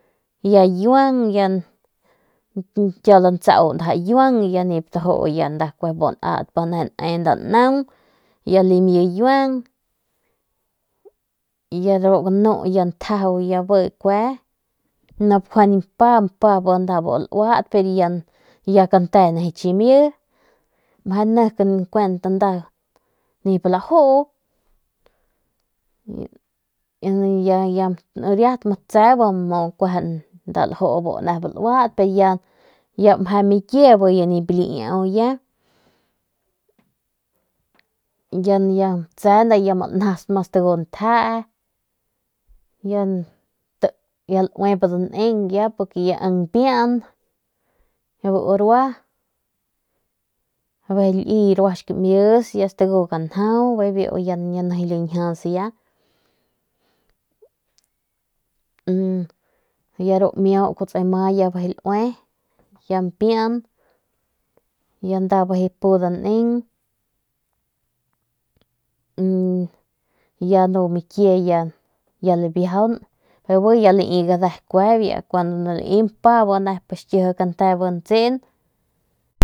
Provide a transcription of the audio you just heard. Bali samjiey ya nda nip ljuu alejen kiau lantsau ndaja ikiuan nda nip lju nat ne nan ya limie ikiuan ntjaju be kue nop kjuende mpa nda luat ya kante nejei chimie nep nda nip lajuu y ya riat mtse ria ljuu ya mje mikie nip ljuu nda ya mtse nda ma lanjasp ntje abejei rua xkimies lmu ganjau be lanjas nya deru miau ma njasp nda pu danin ya nu mikie bebu ya lii mpa pik chkieje cante bu ntsen.